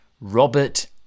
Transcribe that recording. Robert